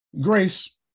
Grace